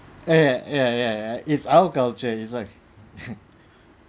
ah yeah yeah yeah it's our culture it's like